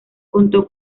contó